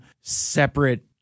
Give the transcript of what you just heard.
separate